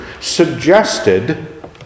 suggested